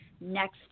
next